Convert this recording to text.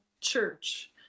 church